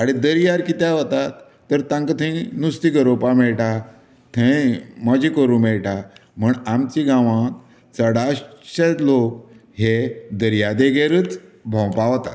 दर्यार कित्याक वतात तर तांकां थंय नुस्तें गरोवपाक मेळटां थंय मज्या करूंक मेळटा म्हण आमच्या गांवांन चडाशें लोक हें दर्यादेगेरच भोंवपाक वतात